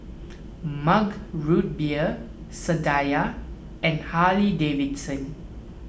Mug Root Beer Sadia and Harley Davidson